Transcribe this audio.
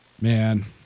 man